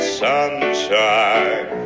sunshine